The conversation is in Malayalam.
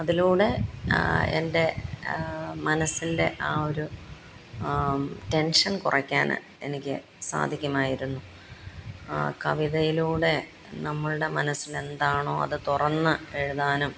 അതിലൂടെ എൻ്റെ മനസ്സിൻ്റെ ആ ഒരു ടെൻഷൻ കുറയ്ക്കാന് എനിക്ക് സാധിക്കുമായിരുന്നു കവിതയിലൂടെ നമ്മളുടെ മനസ്സിൽ എന്താണോ അത് തുറന്ന് എഴുതാനും